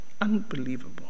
unbelievable